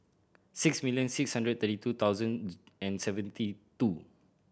six million six hundred thirty two thousand and seventy two